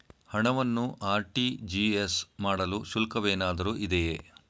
ಹಣವನ್ನು ಆರ್.ಟಿ.ಜಿ.ಎಸ್ ಮಾಡಲು ಶುಲ್ಕವೇನಾದರೂ ಇದೆಯೇ?